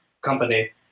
company